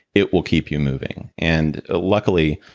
it will keep you moving. and ah luckily,